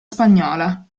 spagnola